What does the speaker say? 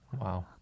Wow